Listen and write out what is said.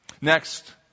Next